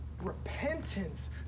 repentance